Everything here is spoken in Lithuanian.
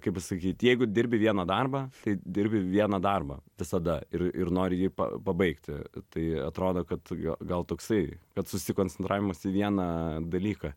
kaip pasakyt jeigu dirbi vieną darbą tai dirbi vieną darbą visada ir ir nori jį pabaigti tai atrodo kad jo gal toksai kad susikoncentravimas į vieną dalyką